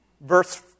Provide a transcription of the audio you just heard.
verse